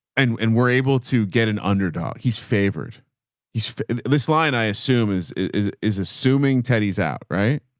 and and were able to get an underdog. he's favored he's this line i assume is, is is assuming teddy's out. right?